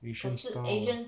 asian style hor